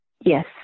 Yes